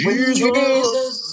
Jesus